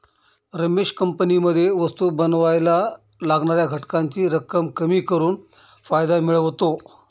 रमेश कंपनीमध्ये वस्तु बनावायला लागणाऱ्या घटकांची रक्कम कमी करून फायदा मिळवतो